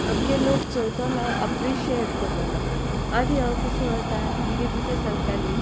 आमगे लोक चोयतोलो एप्रिशियेट कोत्तोलो आनी हांव कितें सांगोता मुगे टिचर सांगतालीं